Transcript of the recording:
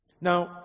Now